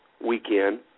weekend